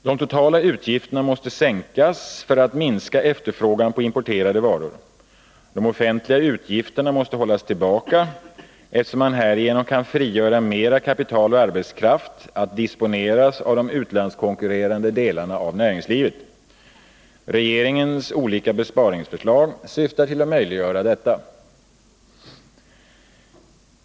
De totala utgifterna måste sänkas för att vi skall kunna minska efterfrågan på importerade varor. De offentliga utgifterna måste hållas tillbaka, eftersom man härigenom kan frigöra mer kapital och arbetskraft att disponeras av de utlandskonkurrerande delarna av näringslivet. Regeringens olika besparingsförslag syftar till att möjliggöra detta.